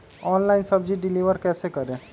Online सब्जी deliver कैसे करें?